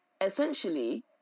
essentially